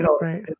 right